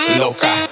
loca